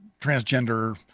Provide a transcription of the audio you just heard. transgender